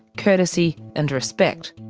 courtesy and respect.